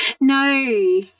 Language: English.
no